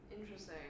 Interesting